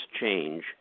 change